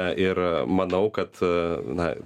ir manau kad na